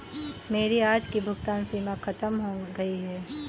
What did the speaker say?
मेरी आज की भुगतान सीमा खत्म हो गई है